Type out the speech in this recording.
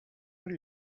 are